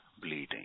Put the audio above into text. bleeding